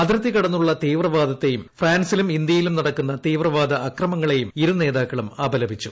അതിർത്തി കടന്നുള്ള തീവ്രവാദത്തെയും ഫ്രാൻസിലും ഇന്ത്യയിലും നടക്കുന്ന തീവ്രവാദ അക്രമങ്ങളെയും ഇരുനേതാക്കളും അപലപിച്ചു